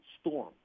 storm